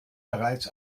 bereits